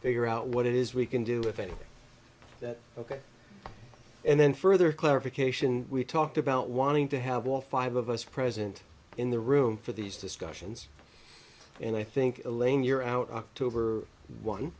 figure out what it is we can do if anything that ok and then further clarification we talked about wanting to have all five of us present in the room for these discussions and i think elaine you're out october one